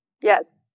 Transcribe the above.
Yes